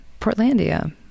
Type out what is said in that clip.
Portlandia